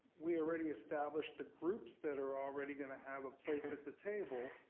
we already established the groups that are already gonna have a place at the table.